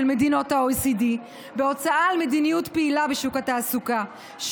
מדינות ה-OECD בהוצאה על מדיניות פעילה בשוק התעסוקה,